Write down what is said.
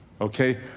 Okay